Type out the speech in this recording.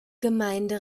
gemeinde